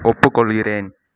ஒப்புக்கொள்கிறேன்